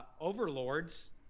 overlords